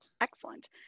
Excellent